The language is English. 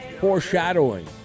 foreshadowing